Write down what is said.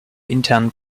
internen